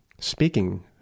speaking